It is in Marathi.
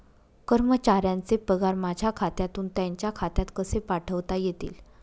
कर्मचाऱ्यांचे पगार माझ्या खात्यातून त्यांच्या खात्यात कसे पाठवता येतील?